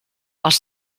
els